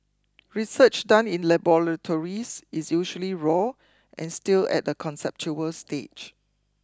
research done in laboratories is usually raw and still at a conceptual stage